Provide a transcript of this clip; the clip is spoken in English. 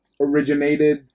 originated